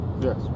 Yes